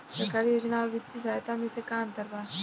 सरकारी योजना आउर वित्तीय सहायता के में का अंतर बा?